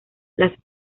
las